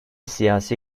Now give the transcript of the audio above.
siyasi